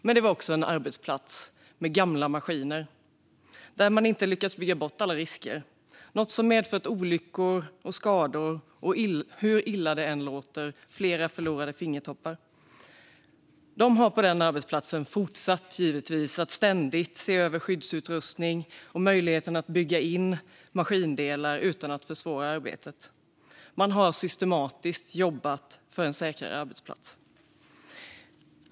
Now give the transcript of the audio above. Men det var också en arbetsplats med gamla maskiner där man inte lyckats bygga bort alla risker, något som medfört olyckor, skador och, hur illa det än låter, flera förlorade fingertoppar. På denna arbetsplats har man givetvis fortsatt att ständigt se över skyddsutrustningen och möjligheten att bygga in maskindelar utan att försvåra arbetet. Man har systematiskt jobbat för en säkrare arbetsplats.